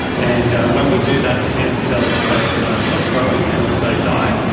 and when we do that the cancer cells both stop growing and also die,